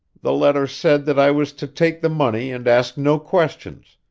the letter said that i was to take the money and ask no questions,